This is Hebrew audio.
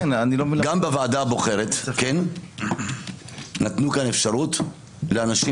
גם בוועדה הבוחרת נתנו כאן אפשרות לאנשים